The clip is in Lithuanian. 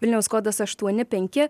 vilniaus kodas aštuoni penki